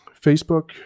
Facebook